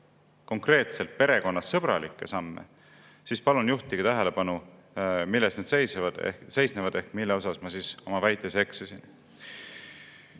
konkreetselt perekonnasõbralikke samme, siis palun juhtige tähelepanu, milles need seisnevad ehk mille osas ma oma väites eksisin.